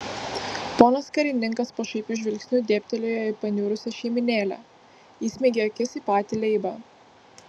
ponas karininkas pašaipiu žvilgsniu dėbtelėjo į paniurusią šeimynėlę įsmeigė akis į patį leibą